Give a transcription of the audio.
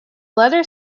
letter